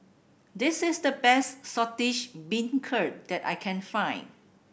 this is the best Saltish Beancurd that I can find